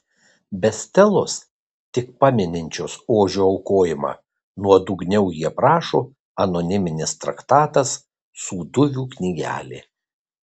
be stelos tik pamininčios ožio aukojimą nuodugniau jį aprašo anoniminis traktatas sūduvių knygelė